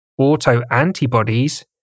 autoantibodies